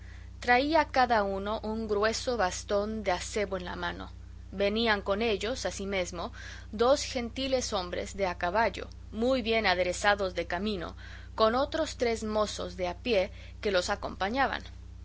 traía cada uno un grueso bastón de acebo en la mano venían con ellos asimesmo dos gentiles hombres de a caballo muy bien aderezados de camino con otros tres mozos de a pie que los acompañaban